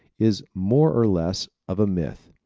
is more or less of a myth.